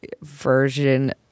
version